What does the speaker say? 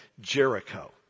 Jericho